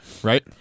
Right